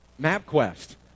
MapQuest